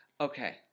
Okay